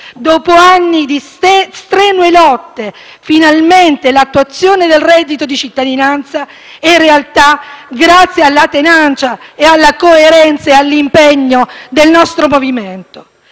Dopo anni di strenue lotte, finalmente l'attuazione del reddito di cittadinanza è realtà grazie alla tenacia, alla coerenza e all'impegno del nostro Movimento.